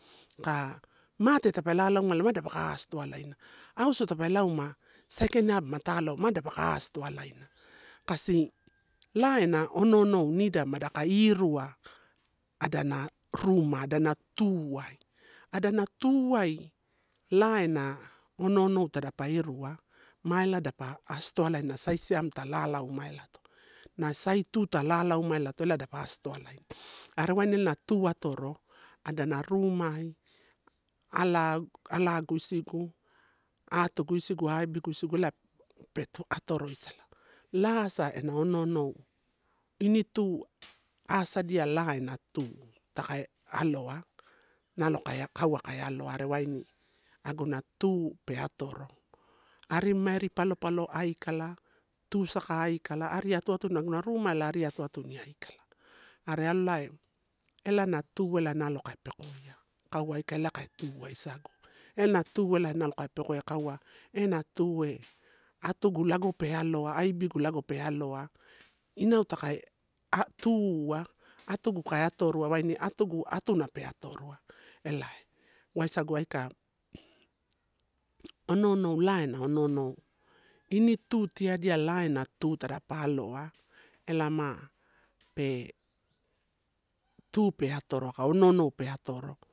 Aka mate tape lalaumaelama dapaka a stoa laina, auso tape lauma, saikaina ma taalo ma dapaka a stoa laina, kasisi la ena ono onou nida madaka irua adana ruma ada na tuai. Ada na tuai la ena ono onou tadapa irua ma ela dapa astoalaina, sai siamela ta lalaumaelato, na sai tu ta lalaumaelato ela dapa astoalaina. Are waini ela na tuatoro adana rumai, ala alagu isigu, atugu isigu, aibuguisigu ela pe tuatoroisala. La asa ena ono onou, initu asadiai la ena tu takae aloa, nalo kaya kaua kaya aloa waini aguna tu pe atoro. Arimamairi palopalo aikala tusaka aikala, ariatuatuni, aguna rumai ari atuatuniaikala. Are alai ela na tuelai nalo kaipetoia, kuwa aika ela ka tu uwa sagu. Ena tu ela nalokai pekoia kaua, ena tu e atugu lago pe aloa, aibigu lago pealoa, inau takae tu uwa atugu kai atorua waini atugu atuna pe atorua elai waisagu aika. A ono onou elaina ono ono, ini tu tiadi ai la ana tu tara paloa, elama pe tu pe atoro kau no onou pe atoro.